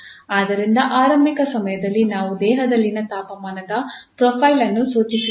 ಆದ್ದರಿಂದ ಆರಂಭಿಕ ಸಮಯದಲ್ಲಿ ನಾವು ದೇಹದಲ್ಲಿನ ತಾಪಮಾನದ ಪ್ರೊಫೈಲ್ ಅನ್ನು ಸೂಚಿಸಿದ್ದೇವೆ